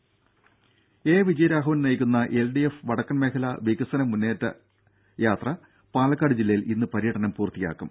രുര എ വിജയരാഘവൻ നയിക്കുന്ന L D F വടക്കൻ മേഖലാ വികസന മുന്നേറ്റ യാത്ര പാലക്കാട് ജില്ലയിൽ ഇന്ന് പര്യടനം പൂർത്തിയാക്കും